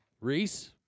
Reese